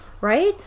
Right